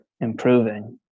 improving